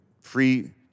free